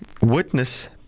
witness